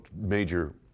major